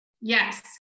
Yes